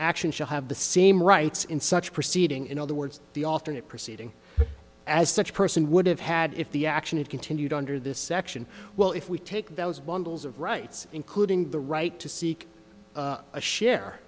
action shall have the same rights in such proceeding in other words the alternate proceeding as such person would have had if the action had continued under this section well if we take those one bills of rights including the right to seek a share